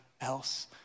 else